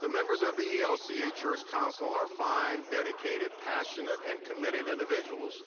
the members of the elca church council are fine, dedicated, passionate, and committed individuals